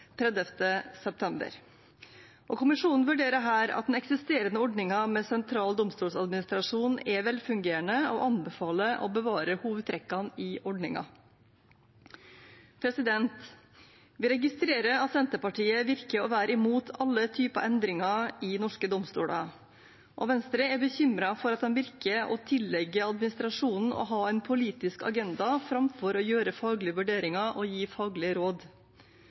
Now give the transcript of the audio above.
september. Kommisjonen vurderer her at den eksisterende ordningen med sentral domstoladministrasjon er velfungerende, og anbefaler å bevare hovedtrekkene i ordningen. Vi registrerer at Senterpartiet virker å være imot alle typer endringer i norske domstoler, og Venstre er bekymret for at de virker å tillegge administrasjonen å ha en politisk agenda framfor å gjøre faglige vurderinger og gi faglige råd.